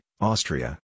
Austria